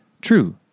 True